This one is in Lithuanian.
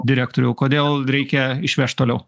direktoriau kodėl reikia išvežt toliau